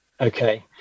okay